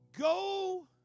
Go